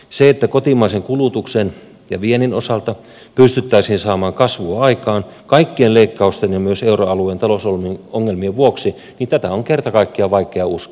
sitä että kotimaisen kulutuksen ja viennin osalta pystyttäisiin saamaan kasvua aikaan on kaikkien leikkausten ja myös euroalueen talousongelmien vuoksi kerta kaikkiaan vaikea uskoa